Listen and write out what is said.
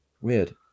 Weird